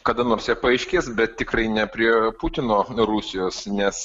kada nors jie paaiškės bet tikrai ne prie putino rusijos nes